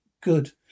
good